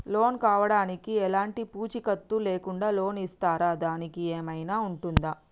Loan కావడానికి ఎలాంటి పూచీకత్తు లేకుండా లోన్ ఇస్తారా దానికి ఏమైనా ఉంటుందా?